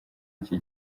iki